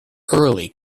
early